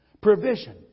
provision